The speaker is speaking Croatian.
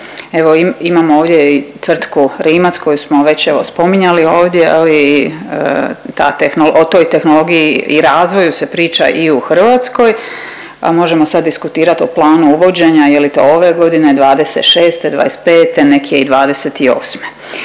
Evo imamo ovdje i tvrtku Rimac koju smo već evo spominjali ovdje je li i ta tehnolo… o toj tehnologiji i razvoju se priča i u Hrvatskoj pa možemo sad diskutirat o planu uvođenja je li to ove godine, '26, '25., nek je i '28.